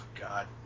God